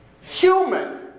Human